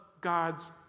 God's